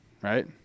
right